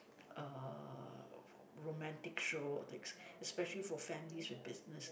uh romantic show that's especially for families and business